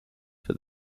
for